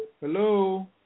Hello